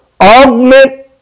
augment